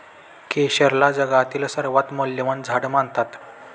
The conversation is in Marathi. केशरला जगातील सर्वात मौल्यवान झाड मानतात